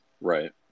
Right